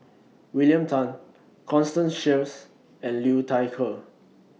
William Tan Constance Sheares and Liu Thai Ker